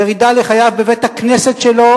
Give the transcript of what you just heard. ירידה לחייו בבית-הכנסת שלו